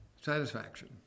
Satisfaction